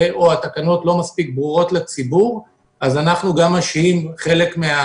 או שהתקנות לא מספיק ברורות לציבור אז אנחנו גם משהים חלק מן